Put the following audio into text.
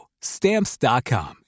Stamps.com